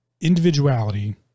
individuality